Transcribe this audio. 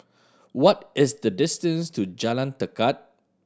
what is the distance to Jalan Tekad